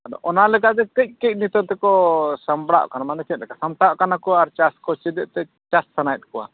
ᱟᱫᱚ ᱚᱱᱟ ᱞᱮᱠᱟᱛᱮ ᱠᱟᱹᱡ ᱠᱟᱹᱡ ᱱᱤᱛᱚᱝ ᱛᱮᱠᱚ ᱥᱟᱢᱵᱽᱲᱟᱜ ᱠᱟᱱᱟ ᱢᱟᱱᱮ ᱪᱮᱫ ᱥᱟᱢᱴᱟᱜ ᱠᱟᱱᱟ ᱠᱚ ᱟᱨ ᱪᱟᱥ ᱠᱚ ᱪᱮᱫ ᱟᱫᱛᱮ ᱪᱟᱥ ᱥᱟᱱᱟᱭᱮᱫ ᱠᱚᱣᱟ